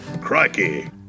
Crikey